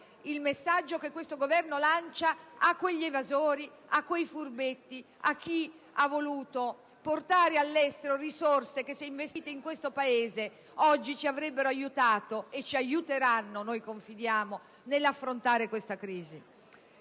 il messaggio che questo Governo lancia a quegli evasori, ai furbetti, a chi ha voluto portare all'estero risorse che, se investite in questo Paese, ci avrebbero aiutato ed oggi ci aiuteranno - noi confidiamo - nell'affrontare la crisi